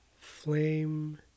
flame